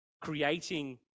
creating